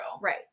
Right